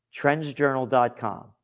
TrendsJournal.com